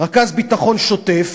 רכז ביטחון שוטף,